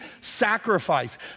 sacrifice